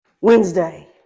Wednesday